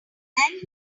came